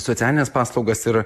socialines paslaugas ir